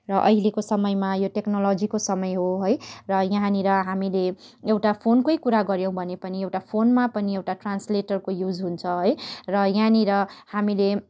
र अहिलेको समयमा यो टेक्नोलोजीको समय हो है र यहाँनिर हामीले एउटा फोनकै कुरा गऱ्यौँ भने पनि एउटा फोनमा पनि एउटा ट्रान्सलेटरको युज हुन्छ है र यहाँनिर हामीले